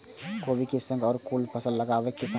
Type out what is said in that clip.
कोबी कै संग और कुन फसल लगावे किसान?